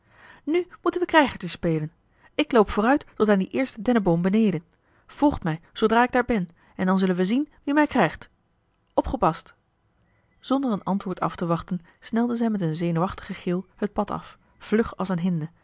nu moeten wij krijgertje spelen ik loop vooruit tot aan dien eersten denneboom beneden volgt mij zoodra ik daar ben en dan zullen wij zien wie mij krijgt opgepast zonder een antwoord aftewachten snelde zij met een zenuwachtigen gil het pad af vlug als een hinde